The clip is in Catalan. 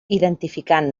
identificant